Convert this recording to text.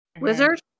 Wizard